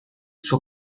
suo